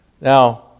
Now